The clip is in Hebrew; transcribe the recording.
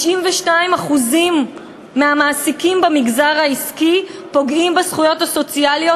92% מהמעסיקים במגזר העסקי פוגעים בזכויות הסוציאליות